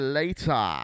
later